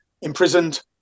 imprisoned